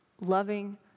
loving